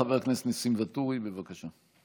חבר הכנסת ניסים ואטורי, בבקשה.